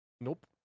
Nope